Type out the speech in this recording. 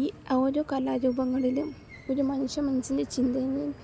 ഈ ഓരോ കലാരൂപങ്ങളിലും ഒരു മനുഷ്യ മനസ്സിലെ ചിന്ത എങ്കിലും